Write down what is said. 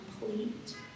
complete